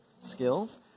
skills